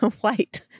white